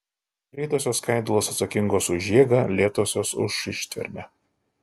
greitosios skaidulos atsakingos už jėgą lėtosios už ištvermę